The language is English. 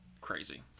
crazy